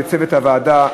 לצוות הוועדה,